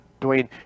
Dwayne